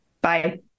Bye